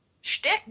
shtick